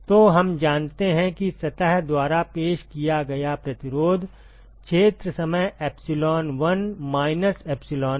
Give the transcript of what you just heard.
तो हम जानते हैं कि सतह द्वारा पेश किया गया प्रतिरोध क्षेत्र समय epsilon 1 माइनस epsilon है